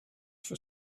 for